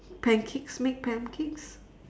pancakes make pancakes